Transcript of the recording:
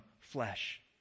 flesh